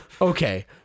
okay